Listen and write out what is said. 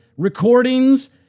recordings